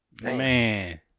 Man